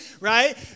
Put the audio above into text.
right